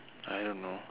I don't know